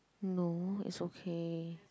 no it's okay